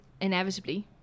inevitably